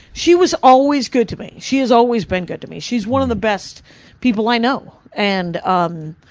she was always good to me, she has always been good to me. she is one of the best people i know. and um